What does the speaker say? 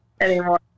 anymore